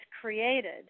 created